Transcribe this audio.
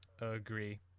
Agree